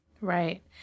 Right